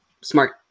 smart